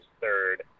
third